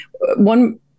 one